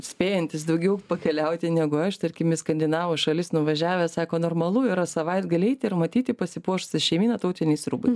spėjantys daugiau pakeliauti negu aš tarkim į skandinavų šalis nuvažiavęs sako normalu yra savaitgalį eiti ir matyti pasipuošusią šeimyną tautiniais rūbais